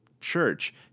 church